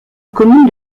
commune